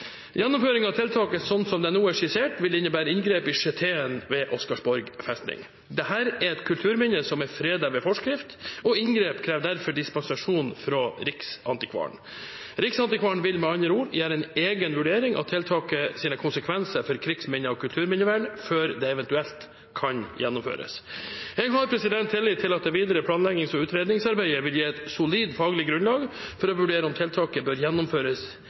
Gjennomføring av tiltaket slik det nå er skissert, vil innebære inngrep i sjeteen ved Oscarsborg festning. Dette er et kulturminne som er fredet ved forskrift, og inngrep krever derfor dispensasjon fra Riksantikvaren. Riksantikvaren vil med andre ord gjøre en egen vurdering av tiltakets konsekvenser for krigsminner og kulturminnevern før det eventuelt kan gjennomføres. Jeg har tillit til at det videre planleggings- og utredningsarbeidet vil gi et solid faglig grunnlag for å vurdere om tiltaket bør gjennomføres